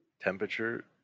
temperature